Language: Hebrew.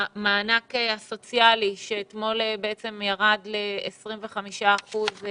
המענק הסוציאלי שאתמול ירד ל-25 אחוזים,